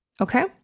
Okay